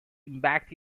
impact